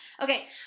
Okay